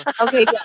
Okay